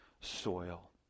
soil